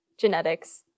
Genetics